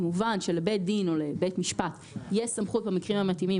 כמובן שלבית דין או לבית משפט תהיה סמכות במקרים המתאימים